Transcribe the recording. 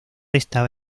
estaba